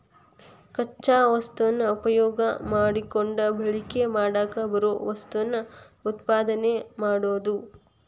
ಕಚ್ಚಾ ವಸ್ತುನ ಉಪಯೋಗಾ ಮಾಡಕೊಂಡ ಬಳಕೆ ಮಾಡಾಕ ಬರು ವಸ್ತುನ ಉತ್ಪಾದನೆ ಮಾಡುದು